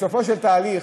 בסופו שלך תהליך,